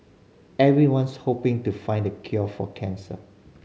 everyone's hoping to find the cure for cancer